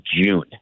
June